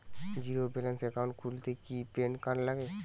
Zero balance account খুলতে কি PAN card লাগে?